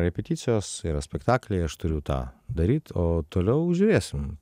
repeticijos yra spektakliai aš turiu tą daryt o toliau žiūrėsim